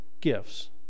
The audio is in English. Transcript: gifts